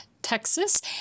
Texas